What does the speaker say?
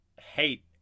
hate